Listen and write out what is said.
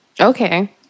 Okay